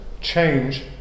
change